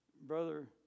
Brother